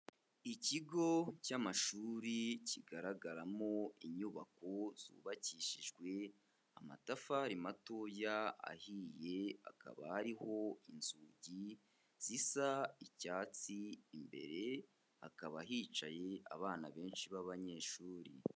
Ikigo cy'amashuri kigaragaramo inyubako zubakishijwe amatafari matoya ahiye, akaba hariho inzugi zisa icyatsi imbere hakaba hicaye abana benshi babanyeshuri.